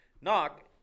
knock